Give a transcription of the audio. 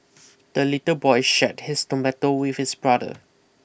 the little boy shared his tomato with his brother